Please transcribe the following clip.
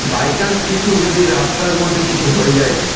by chance কিছু যদি রাস্তার মধ্যে কিছু হয়ে যায়